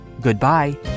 Goodbye